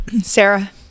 Sarah